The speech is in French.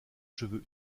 cheveux